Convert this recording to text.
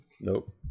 Nope